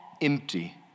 empty